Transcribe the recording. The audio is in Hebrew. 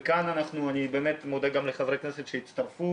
וכאן אני מודה גם לחברי הכנסת שהצטרפו.